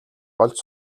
олж